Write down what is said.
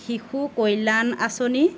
শিশু কল্যাণ আঁচনি